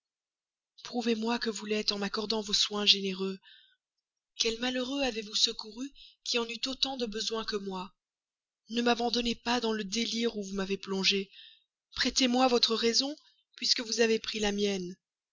prouvez-moi que vous l'êtes en m'accordant vos soins généreux quel malheureux avez-vous secouru qui en eût autant de besoin que moi ne m'abandonnez pas dans le délire où vous m'avez plongé prêtez-moi votre raison puisque vous avez ravi la mienne